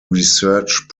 research